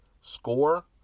score